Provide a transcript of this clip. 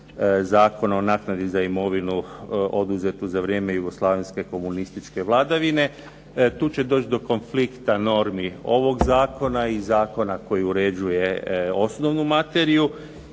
Zakona o naknadi za imovinu oduzetu za vrijeme jugoslavenske komunističke vladavine. Tu će doći do konflikta normi ovog zakona i zakona koji uređuje osnovnu materiju.